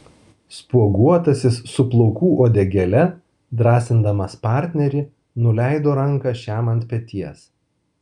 spuoguotasis su plaukų uodegėle drąsindamas partnerį nuleido ranką šiam ant peties